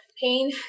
pain